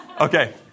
Okay